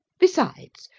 besides,